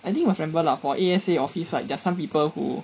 I think must remember lah for A_S_A office right like there are some people who